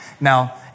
Now